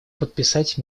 подписать